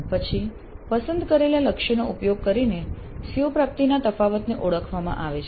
પછી પસંદ કરેલા લક્ષ્યનો ઉપયોગ કરીને CO પ્રાપ્તિના તફાવતને ઓળખવામાં આવે છે